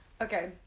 Okay